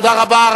תודה רבה.